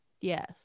Yes